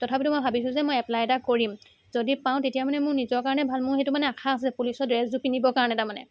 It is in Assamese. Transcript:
তথাপিটো মই ভাবিছো যে মই এপ্লাই এটা কৰিম যদি পাওঁ তেতিয়া মানে মোৰ নিজৰ কাৰণে ভাল মোৰ সেইটো মানে আশা আছে পুলিচৰ ড্ৰেছযোৰ পিন্ধিবৰ কাৰণে তাৰমানে